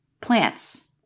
plants